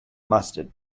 mustard